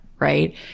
Right